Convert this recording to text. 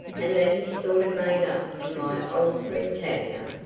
and that he sort of made up to my old friend tavia?